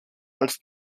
als